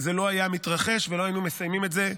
זה לא היה מתרחש ולא היינו מסיימים את זה,